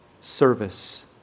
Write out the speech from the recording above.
service